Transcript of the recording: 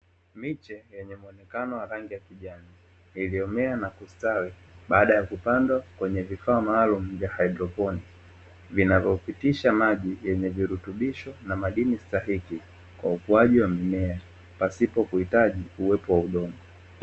Miche yenye muonekano wa rangi ya kijani, iliyomea na kustawi baada ya kupandwa kwenye vifaa maalumu vya hydroponi; vinavyopitisha maji yenye virutubisho na madini stahiki kwa ukuaji wa mimea pasipo kuhitaji uwepo wa udongo.